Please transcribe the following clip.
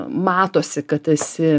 matosi kad esi